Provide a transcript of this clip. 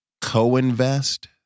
co-invest